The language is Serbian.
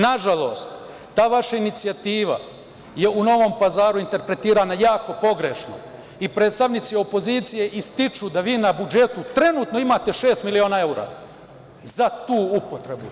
Nažalost, ta vaša inicijativa je u Novom Pazaru interpretirana jako pogrešno i predstavnici opozicije ističu da vi na budžetu trenutno imate šest miliona eura za tu upotrebu.